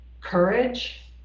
courage